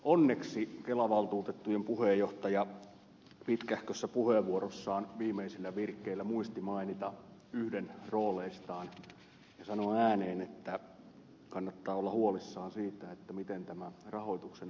onneksi kelan valtuutettujen puheenjohtaja pitkähkössä puheenvuorossaan viimeisillä virkeillään muisti mainita yhden rooleistaan ja sanoa ääneen että kannattaa olla huolissaan siitä miten tämä rahoituksen aukko paikataan